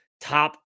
top